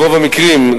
ברוב המקרים,